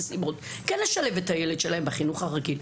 נסיבות לשלב את הילד שלהם בחינוך הרגיל.